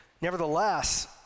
Nevertheless